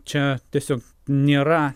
čia tiesiog nėra